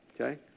okay